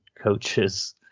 coaches